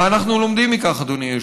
מה אנחנו לומדים מכך, אדוני היושב-ראש?